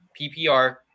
PPR